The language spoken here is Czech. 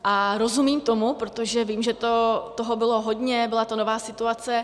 A rozumím tomu, protože vím, že toho bylo hodně, byla to nová situace.